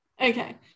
Okay